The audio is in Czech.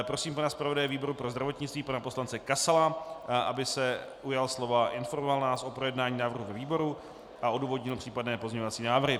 Prosím pana zpravodaje výboru pro zdravotnictví, pana poslance Kasala, aby se ujal slova a informoval nás o projednání návrhu ve výboru a odůvodnil případné pozměňovací návrhy.